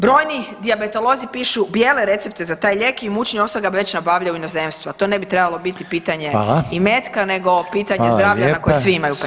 Brojni dijabetolozi pišu bijele recepte za taj lijek i imućnije osobe ga već nabavljaju u inozemstvu, a to ne bi trebalo biti pitanje imetka, nego pitanje zdravlja na koje svi imaju pravo.